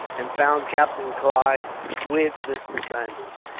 and found captain clive with mr. saunders.